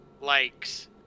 likes